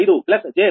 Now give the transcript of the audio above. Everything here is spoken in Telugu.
5 j 0